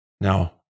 Now